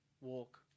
walk